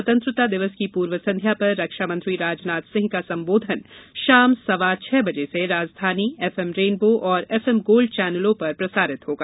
स्वतंत्रता दिवस की पूर्व संध्या पर रक्षामंत्री राजनाथ सिंह का संबोधन शाम सवा छह बजे से राजधानी एफ एम रेनबो और एफ एम गोल्ड चैनलों पर प्रसारित होगा